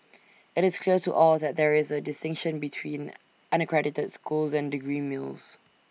IT is clear to all that there is A distinction between unaccredited schools and degree mills